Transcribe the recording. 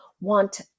want